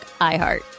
iHeart